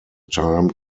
time